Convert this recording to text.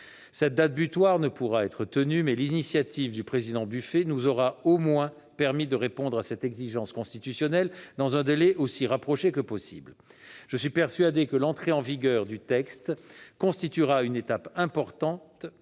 Cette date butoir ne pourra être tenue, mais l'initiative de François-Noël Buffet nous aura au moins permis de répondre à cette exigence constitutionnelle dans un délai aussi rapproché que possible. C'est vrai ! Je suis persuadé que l'entrée en vigueur du texte constituera une étape importante